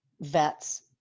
vets